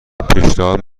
پیشنهاد